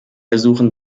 ersuchen